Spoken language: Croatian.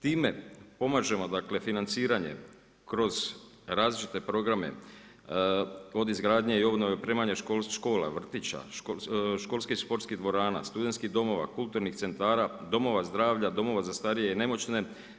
Time pomažemo financiranje kroz različite programe, od izgradnje i obnove primanja škola, vrtića, školskih sportskih dvorana, studentskih domova, kulturnih centara, domova zdravlja, domova za starije i nemoćne.